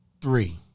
Three